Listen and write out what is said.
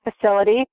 facility